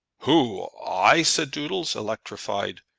who i? said doodles, electrified.